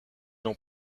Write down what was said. l’on